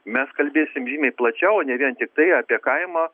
mes kalbėsim žymiai plačiau o ne vien tiktai apie kaimo